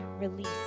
release